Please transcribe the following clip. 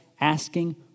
asking